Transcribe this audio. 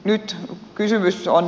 nyt kysymys on